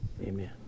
Amen